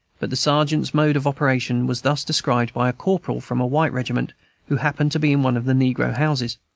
but the sergeant's mode of operation was thus described by a corporal from a white regiment who happened to be in one of the negro houses.